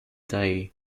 day